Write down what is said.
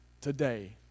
today